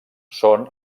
són